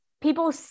people